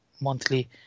monthly